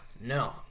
no